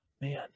man